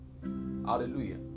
Hallelujah